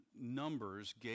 Numbers